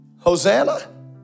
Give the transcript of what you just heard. hosanna